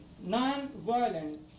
non-violent